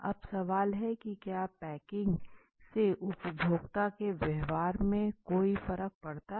अब सवाल है की क्या पैकिंग से उपभोक्ता के व्यवहार में कोई फरक पड़ता है